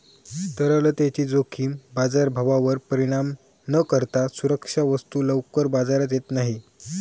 तरलतेची जोखीम बाजारभावावर परिणाम न करता सुरक्षा वस्तू लवकर बाजारात येत नाही